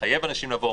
מחייב אנשים לבוא,